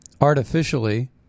artificially